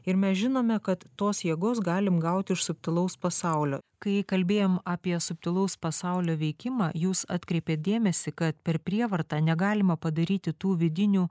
ir mes žinome kad tos jėgos galim gauti iš subtilaus pasaulio kai kalbėjom apie subtilaus pasaulio veikimą jūs atkreipėt dėmesį kad per prievartą negalima padaryti tų vidinių